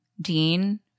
Dean